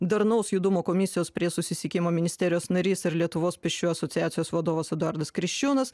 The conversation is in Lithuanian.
darnaus judumo komisijos prie susisiekimo ministerijos narys ir lietuvos pėsčiųjų asociacijos vadovas eduardas kriščiūnas